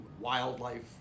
wildlife